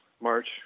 March